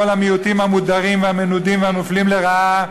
המיעוטים המודרים והמנודים והמופלים לרעה,